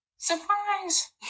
Surprise